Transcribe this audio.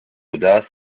audace